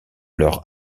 leur